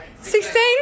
Sixteen